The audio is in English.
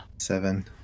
Seven